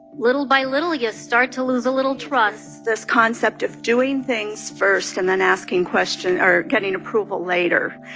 little by little, you start to lose a little trust this concept of doing things first and then asking questions or getting approval later,